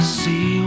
see